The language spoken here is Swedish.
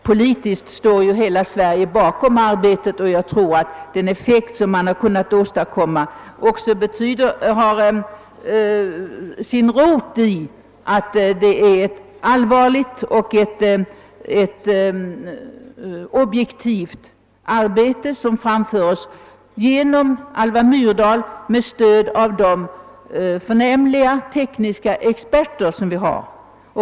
Politiskt står hela Sverige bakom arbetet, och jag tror att den effekt man kunnat åstadkomma har sin rot i att vi har ett objektivt och allvarligt arbete framför oss, som utförs av fru Alva Myrdal med stöd av förnämliga tekniska experter.